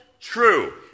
true